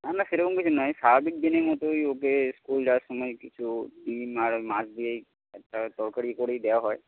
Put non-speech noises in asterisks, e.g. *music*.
না না সে রকম কিছু নয় স্বাভাবিক দিনের মতোই ওকে স্কুল যাওয়ার সময় কিছু *unintelligible* মাছ দিয়েই একটা তরকারি করেই দেওয়া হয়